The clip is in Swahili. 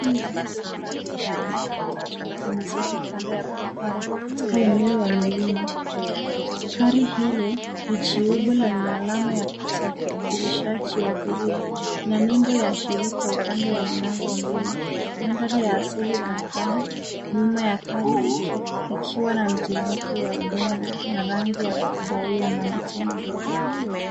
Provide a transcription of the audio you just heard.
Gari ndogo aina ya matatatu limesimama kando ya barbara katika eneo ya mlima. Gari hilo ni jeube na Lina alama la usafirishaji wa abiria na nembo ya shirika upande wa mlango wa mbele. Mandari ya asili inaonekana nyuma ya gari ikiwa na mteremko ya udongo na rangi ya kahawia na mti mdogo.